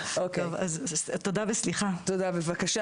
תודה רבה.